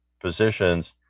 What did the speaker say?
positions